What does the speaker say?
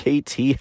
KT